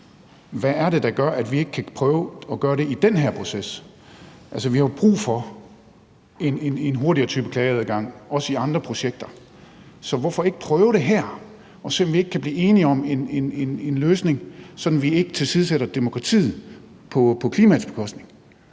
hvad er det så, der gør, at vi ikke kan prøve at gøre det i den her proces? Altså, vi har jo brug for en hurtigere type klageadgang, også i andre projekter, så hvorfor ikke prøve det her og se, om vi ikke kan blive enige om en løsning, sådan at vi ikke tilsidesætter demokratiet for klimaet?